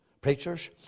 preachers